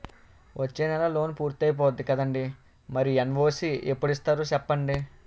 వచ్చేనెలే లోన్ పూర్తయిపోద్ది కదండీ మరి ఎన్.ఓ.సి ఎప్పుడు ఇత్తారో సెప్పండి